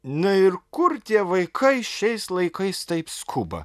na ir kur tie vaikai šiais laikais taip skuba